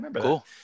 Cool